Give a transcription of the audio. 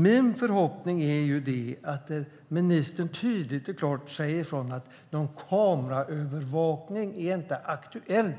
Min förhoppning är att ministern tydligt och klart säger ifrån att det inte är aktuellt med någon kameraövervakning